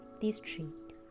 district